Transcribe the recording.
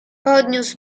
podniósł